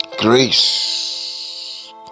grace